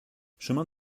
chemin